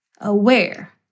aware